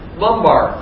lumbar